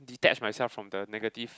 detach myself from the negative